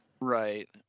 Right